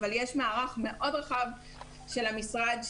אבל יש מערך קיים מאוד רחב של הכשרות של המשרד,